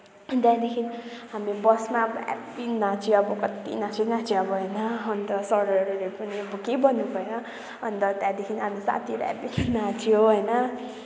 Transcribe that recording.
त्यहाँदेखि हामी बसमा यति नाच्यो अब कति नाच्यो नाच्यो अब होइन अन्त सरहरूले पनि अब केही भन्नुभएन अन्त त्यहाँदेखि हाम्रो साथीहरू नाच्यो होइन